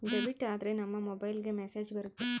debit ಆದ್ರೆ ನಮ್ ಮೊಬೈಲ್ಗೆ ಮೆಸ್ಸೇಜ್ ಬರುತ್ತೆ